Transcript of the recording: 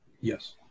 Yes